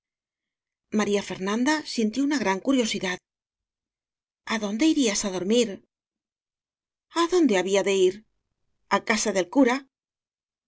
maría fernanda sintió una gran curiosidad a dónde irías á dormir a dónde había de ir a casa del cura